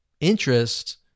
interest